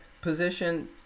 position